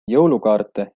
jõulukaarte